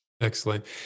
Excellent